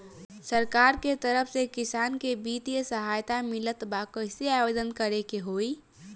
सरकार के तरफ से किसान के बितिय सहायता मिलत बा कइसे आवेदन करे के होई?